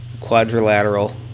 quadrilateral